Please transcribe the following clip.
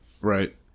right